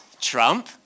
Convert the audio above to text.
Trump